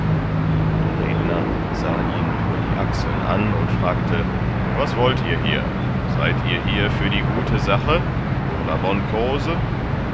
der redner sah ihn über die achseln an und fragte was wollt ihr hier seid ihr hier für die gute sache